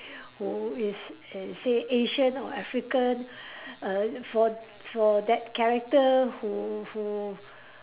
who is a say Asian or African err for for that character who who